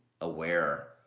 aware